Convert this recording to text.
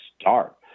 start